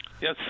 Yes